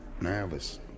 Nervous